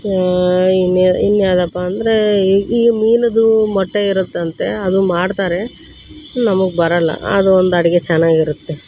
ಇನ್ನೇ ಇನ್ನು ಯಾವ್ದಪ್ಪ ಅಂದ್ರೆ ಈಗ ಈಗ ಮೀನದು ಮೊಟ್ಟೆ ಇರುತ್ತಂತೆ ಅದು ಮಾಡ್ತಾರೆ ನಮಗೆ ಬರೋಲ್ಲ ಅದೊಂದು ಅಡುಗೆ ಚೆನ್ನಾಗಿರುತ್ತೆ